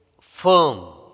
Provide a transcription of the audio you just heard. firm